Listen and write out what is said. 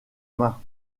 main